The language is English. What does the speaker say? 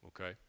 Okay